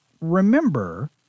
remember